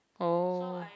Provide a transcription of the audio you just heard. oh